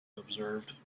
observed